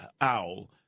owl